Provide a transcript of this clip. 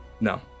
No